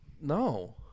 No